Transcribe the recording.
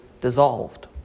dissolved